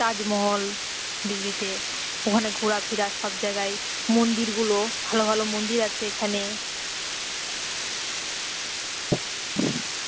তাজমহল দিল্লিতে ওখানে ঘোরাফেরা সব জায়গায় মন্দিরগুলো ভালো ভালো মন্দির আছে এখানে